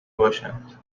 باشند